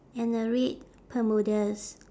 and a red bermudas